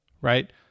right